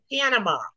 Panama